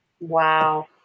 Wow